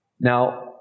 Now